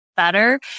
better